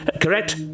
correct